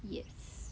yes